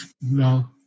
no